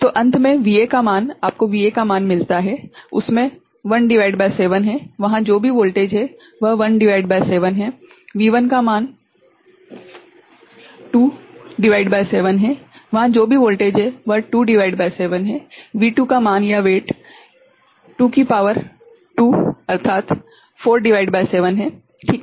तो अंत में VA का मान आपको V0 का मान मिलता है उसमें 1 भागित 7 है -वहाँ जो भी वोल्टेज है वह 1 भागित 7 है V1 का मान 2 भागित 7 है -वहाँ जो भी वोल्टेज है वह 2 भागित 7 है V2 का मान 2 की शक्ति 2 अर्थात 4 भागित 7 है ठीक है